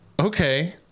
okay